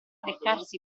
leccarsi